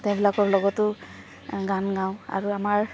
তেওঁবিলাকৰ লগতো গান গাওঁ আৰু আমাৰ